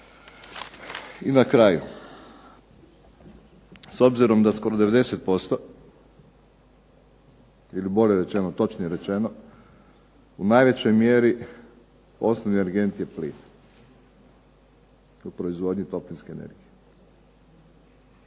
I na kraju. S obzirom da skoro 90% ili bolje rečeno, točnije rečeno u najvećoj mjeri, osnovni energent je plin u proizvodnji toplinske energije.